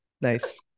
Nice